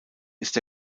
ist